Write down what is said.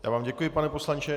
Já vám děkuji, pane poslanče.